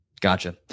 Gotcha